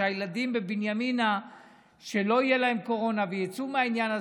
שלילדים בבנימינה לא תהיה קורונה ושיצאו מהעניין הזה,